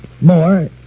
More